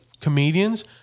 comedians